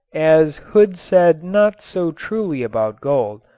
as hood said not so truly about gold,